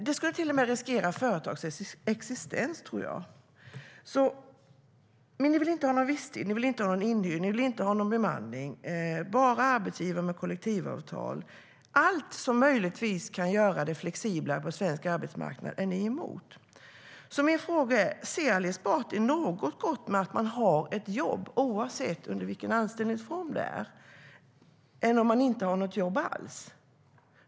Jag tror till och med att det skulle riskera företags existens. Min fråga är: Ser Ali Esbati något gott med att man har ett jobb, oavsett vilken anställningsformen är, jämfört med att inte ha något jobb alls?